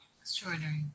Extraordinary